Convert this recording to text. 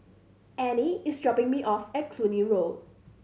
Annie is dropping me off at Cluny Road